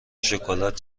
شکلات